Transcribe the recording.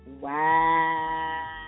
Wow